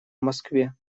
москве